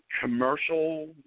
commercial